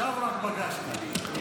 רק עכשיו פגשת בו.